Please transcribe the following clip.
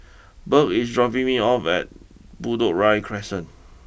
Bert is dropping me off at Bedok Ria Crescent